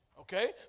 Okay